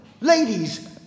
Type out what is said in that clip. Ladies